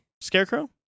Scarecrow